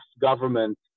government